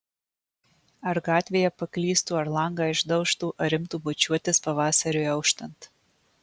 ar gatvėje paklystų ar langą išdaužtų ar imtų bučiuotis pavasariui auštant